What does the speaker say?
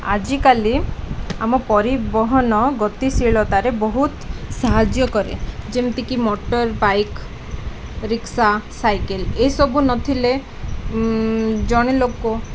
ଆଜିକାଲି ଆମ ପରିବହନ ଗତିଶୀଳତାରେ ବହୁତ ସାହାଯ୍ୟ କରେ ଯେମିତିକି ମୋଟର ବାଇକ୍ ରିକ୍ସା ସାଇକେଲ୍ ଏସବୁ ନଥିଲେ ଜଣେ ଲୋକ